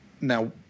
Now